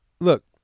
look